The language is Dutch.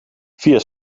via